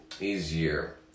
easier